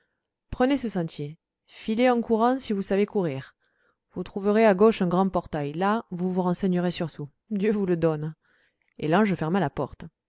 prenez ce sentier filez en courant si vous savez courir vous trouverez à gauche un grand portail là vous vous renseignerez sur tout dieu vous le donne et l'ange ferma la porte